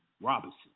Robinson